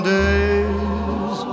days